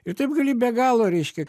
ir taip gali be galo reiškia